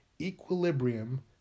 equilibrium